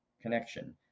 connection